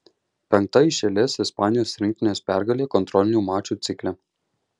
penkta iš eilės ispanijos rinktinės pergalė kontrolinių mačų cikle